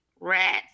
rats